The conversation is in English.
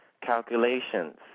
calculations